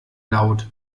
laut